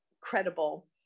credible